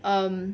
um